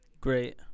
Great